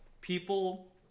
people